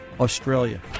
Australia